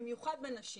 במיוחד בנשים.